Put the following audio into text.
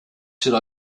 should